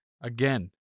again